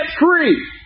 free